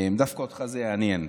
דווקא אותך זה יעניין.